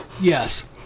Yes